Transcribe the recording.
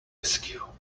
askew